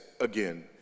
again